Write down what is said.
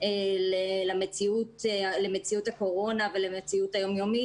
למציאות הקורונה ולמציאות היום יומית,